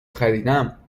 خریدم